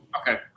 Okay